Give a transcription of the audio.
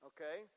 Okay